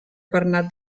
bernat